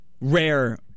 rare